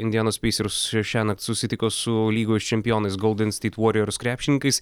indianos pacers šiąnakt susitiko su lygos čempionais golden state warriors krepšininkais